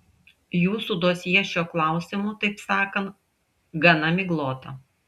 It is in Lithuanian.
jūsų dosjė šiuo klausimu taip sakant gana miglota